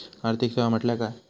आर्थिक सेवा म्हटल्या काय?